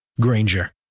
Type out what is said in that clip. Granger